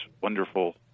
wonderful